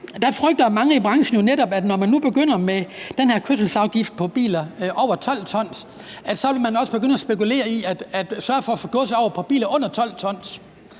der frygter mange i branchen jo netop, når man nu begynder med den her kørselsafgift på biler over 12 t, at man så også vil begynde at spekulere i at sørge for at få gods over på biler under 12 t,